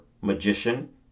magician